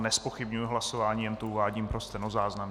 Nezpochybňuji hlasování, jen to uvádím pro stenozáznam.